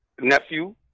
nephew